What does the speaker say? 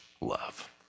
love